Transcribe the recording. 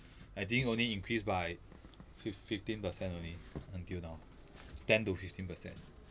I think only increase by fif~ fifteen percent only until now ten to fifteen percent